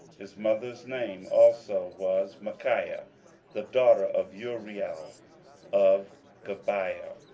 his mother's name also was michaiah the daughter of uriel of gibeah.